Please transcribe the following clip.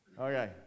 Okay